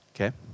okay